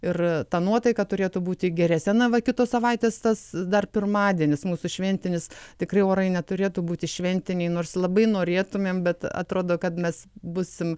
ir ta nuotaika turėtų būti geresnė na va kitos savaitės tas dar pirmadienis mūsų šventinis tikrai orai neturėtų būti šventiniai nors labai norėtumėm bet atrodo kad mes būsim